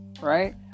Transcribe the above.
right